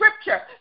scripture